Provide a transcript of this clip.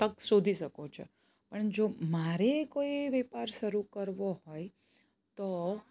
તક શોધી શકો છો પણ જો મારે કોઈ વેપાર શરૂ કરવો હોય તો